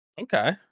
okay